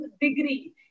degree